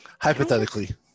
hypothetically